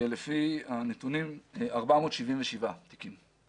לפי הנתונים, 477 תיקים.